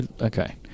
Okay